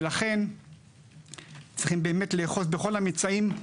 לכן צריכים באמת לאחוז בכל הנמצאים.